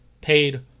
paid